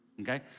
okay